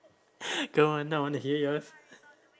come on I want to hear yours